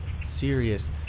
serious